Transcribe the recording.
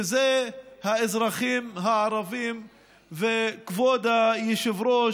ואלה האזרחים הערבים, כבוד היושב-ראש,